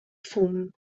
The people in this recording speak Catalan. fum